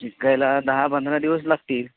शिकायला दहा पंधरा दिवस लागतील